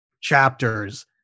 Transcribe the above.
chapters